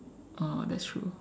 oh that's true